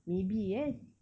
maybe eh